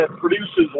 produces